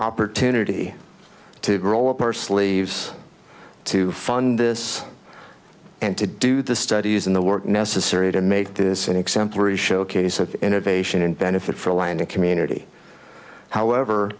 opportunity to roll up our sleeves to fund this and to do the studies and the work necessary to make this an exemplary showcase of innovation and benefit for a landing community however